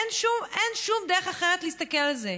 אין שום דרך אחרת להסתכל על זה.